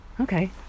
okay